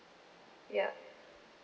yup